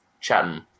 chatting